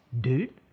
dude